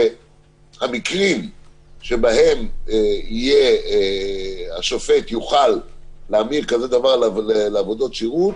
שהמקרים שבהם השופט יוכל להמיר כזה דבר לעבודות שירות